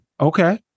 Okay